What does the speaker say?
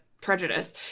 prejudice